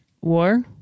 War